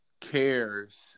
cares